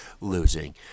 losing